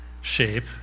shape